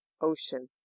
ocean